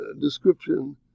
description